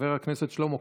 חבר הכנסת שלמה קרעי.